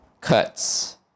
cuts